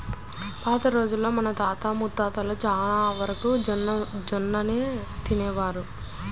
పాత రోజుల్లో మన తాత ముత్తాతలు చానా వరకు జొన్నన్నమే తినేవాళ్ళు